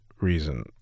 reason